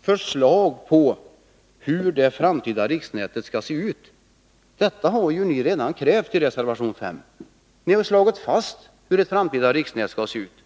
förslag om hur det framtida riksnätet skall se ut. Det har ni ju krävti reservation 5. Ni har redan slagit fast hur det framtida riksnätet skall se ut.